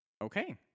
Okay